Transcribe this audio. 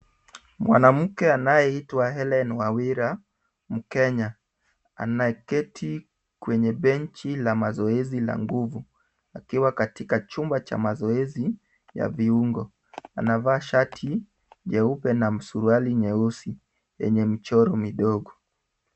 Mwanamke anayeitwa Hellen Wawira mkenya anaketi kwenye benchi la mazoezi la nguvu akiwa katika chumba cha mazoezi ya viungo. Anavaa shati nyeupe na suruali nyeusi yenye mchoro midogo.